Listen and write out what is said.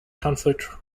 conflict